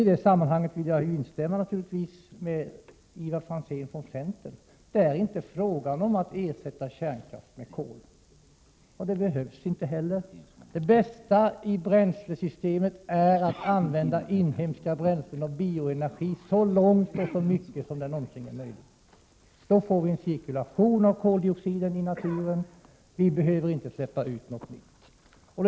I det sammanhanget vill jag naturligtvis instämma med Ivar Franzén: Det är inte fråga om att ersätta kärnkraften med kol. Det behövs inte heller. Det bästa i bränslesystemet är att använda inhemska bränslen och bioenergi så långt och så mycket som det någonsin är möjligt. Då får vi en cirkulation av koldioxiden i naturen — vi behöver inte släppa ut någonting.